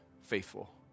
faithful